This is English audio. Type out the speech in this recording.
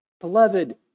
Beloved